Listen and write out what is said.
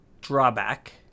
drawback